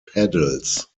pedals